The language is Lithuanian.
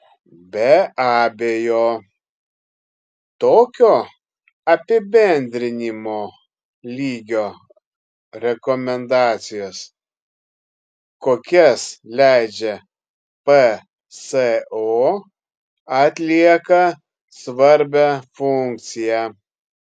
be abejo tokio apibendrinimo lygio rekomendacijos kokias leidžia pso atlieka svarbią funkciją